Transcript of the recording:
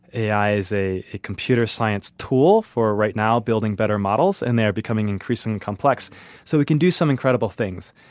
ai is a a computer science tool for right now, building better models and they are becoming increasingly complex so we can do some incredible things.